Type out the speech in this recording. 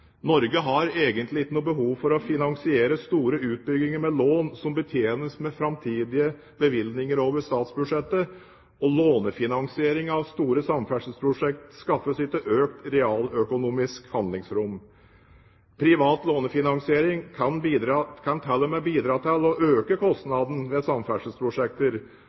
å finansiere store utbygginger med lån som betjenes med framtidige bevilgninger over statsbudsjettet, og lånefinansiering av store samferdselsprosjekter skaffer oss ikke noe økt realøkonomisk handlingsrom. Privat lånefinansiering kan til og med bidra til å øke kostnadene ved samferdselsprosjekter,